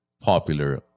popular